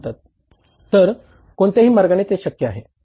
तर कोणत्याही मार्गाने ते शक्य आहे